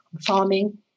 farming